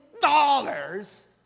dollars